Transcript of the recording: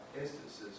instances